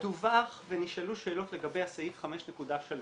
דווח ונשאלו שאלות לגבי סעיף 5.3,